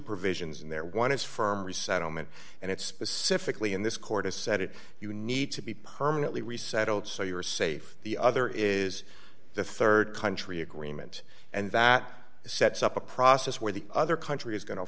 provisions in there one is firm resettlement and it specifically in this court has said it you need to be permanently resettled so you are safe the other is the rd country agreement and that sets up a process where the other country is going to